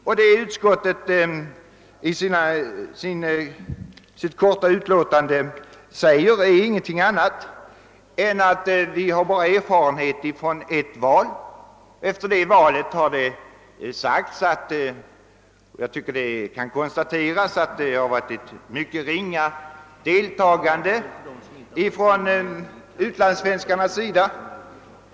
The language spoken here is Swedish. Vad utskottet i sitt korta utlåtande säger är ingenting annat än att vi har erfarenhet från endast ett val. Efter det valet har det sagts att det har varit ett mycket ringa deltagande från utlandssvenskarnas sida.